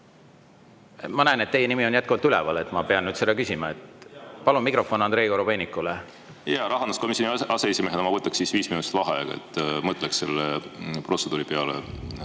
Ma näen, et teie nimi on jätkuvalt üleval. Ma pean nüüd seda küsima. Palun mikrofon Andrei Korobeinikule. Jaa, rahanduskomisjoni aseesimehena ma võtaks viis minutit vaheaega. Mõtleks selle protseduuri üle